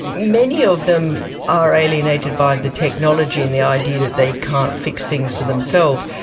many of them are alienated by the technology and the idea that they can't fix things for themselves.